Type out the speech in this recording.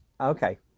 Okay